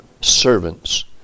servants